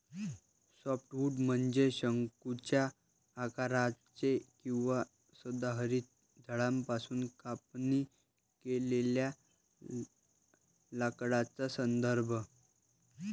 softwood म्हणजे शंकूच्या आकाराचे किंवा सदाहरित झाडांपासून कापणी केलेल्या लाकडाचा संदर्भ